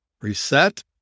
Reset